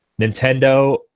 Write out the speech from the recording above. nintendo